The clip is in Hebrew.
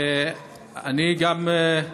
אני גם,